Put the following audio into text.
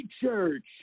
church